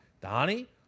Donnie